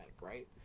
right